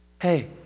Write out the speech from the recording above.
hey